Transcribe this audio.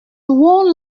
one